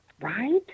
Right